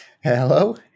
Hello